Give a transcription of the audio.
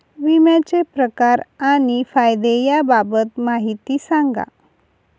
विम्याचे प्रकार आणि फायदे याबाबत माहिती सांगा